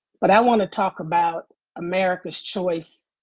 but i want to talk about america's choice